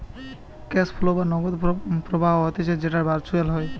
cash flow বা নগদ প্রবাহ হতিছে যেটো ভার্চুয়ালি হয়